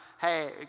hey